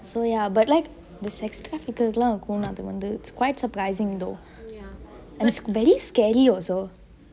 so ya but like the sex traffickers லா கூடாது வந்து:laa koodathu vanthu is quite surprising though it's very scary also